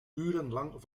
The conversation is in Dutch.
urenlang